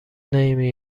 نمی